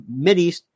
Mideast